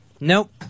Nope